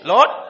Lord